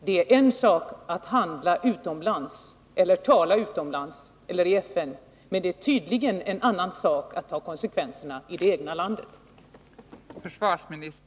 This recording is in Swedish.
Det är en sak att tala utomlands — i FN eller på andra ställen — men det är tydligen en annan sak att ta konsekvenserna i det egna landet.